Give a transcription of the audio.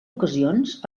ocasions